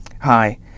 Hi